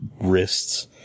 wrists